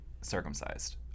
circumcised